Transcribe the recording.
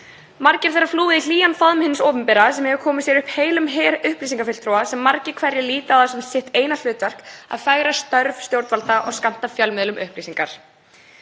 Margir þeirra hafa flúið í hlýjan faðm hins opinbera sem hefur komið sér upp heilum her upplýsingafulltrúa sem margir hverjir líta á það sem sitt eina hlutverk að fegra störf stjórnvalda og skammta fjölmiðlum upplýsingar.